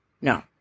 No